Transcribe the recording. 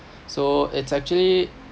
so it's actually